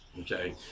Okay